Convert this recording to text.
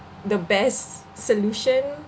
the best solution